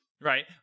right